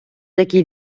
такі